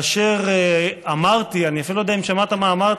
כאשר אמרתי, אני אפילו לא יודע אם שמעת מה אמרתי,